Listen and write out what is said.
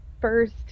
first